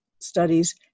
studies